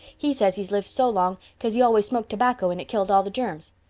he says he's lived so long cause he always smoked tobacco and it killed all the germs.